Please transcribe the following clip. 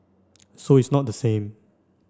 so it's not the same